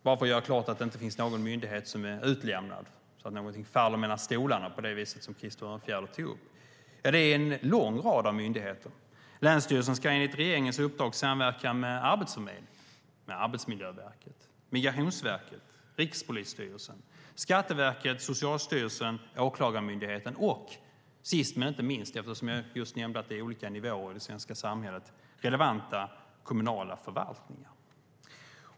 För att klargöra att inte någon myndighet är utlämnad, och att något därmed skulle falla mellan stolarna på det viset som Krister Örnfjäder tar upp, vill jag nämna dem. Det är en lång rad myndigheter. Länsstyrelsen ska enligt regeringens uppdrag samverka med Arbetsförmedlingen, Arbetsmiljöverket, Migrationsverket, Rikspolisstyrelsen, Skatteverket, Socialstyrelsen, Åklagarmyndigheten och sist men inte minst, eftersom jag just nämnde att det gäller olika nivåer i det svenska samhället, med relevanta kommunala förvaltningar.